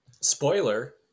Spoiler